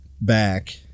back